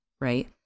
right